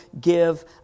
give